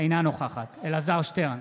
אינה נוכחת אלעזר שטרן,